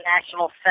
National